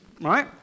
Right